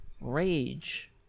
rage